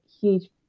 huge